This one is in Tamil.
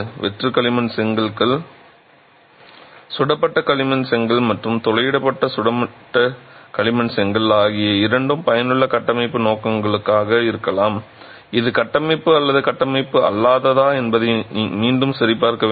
வெற்று களிமண் செங்கல் சுடப்பட்ட களிமண் செங்கல் மற்றும் துளையிடப்பட்ட சுடப்பட்ட களிமண் செங்கல் ஆகிய இரண்டும் பயனுள்ள கட்டமைப்பு நோக்கங்களாக இருக்கலாம் இது கட்டமைப்பு அல்லது கட்டமைப்பு அல்லாததா என்பதை மீண்டும் சரிபார்க்க வேண்டும்